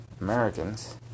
Americans